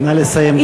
נא לסיים, גברתי.